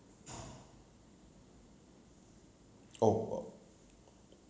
oh